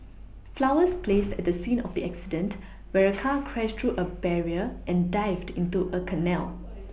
flowers placed at the scene of the accident where a car crashed through a barrier and dived into a canal